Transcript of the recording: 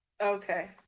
Okay